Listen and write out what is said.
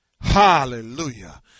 Hallelujah